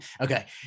Okay